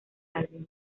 álbum